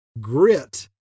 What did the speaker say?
grit